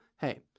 hey